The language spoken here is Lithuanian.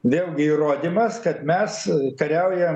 vėlgi įrodymas kad mes kariaujam